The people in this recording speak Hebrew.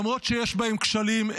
למרות שיש בהם כשלים,